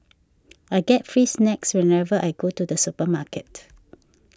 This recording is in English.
I get free snacks whenever I go to the supermarket